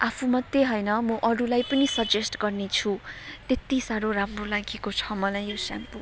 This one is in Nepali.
आफू मात्रै होइन म अरूलाई पनि सजेस्ट गर्ने छु त्यति साह्रो राम्रो लागेको छ मलाई यो स्याम्पो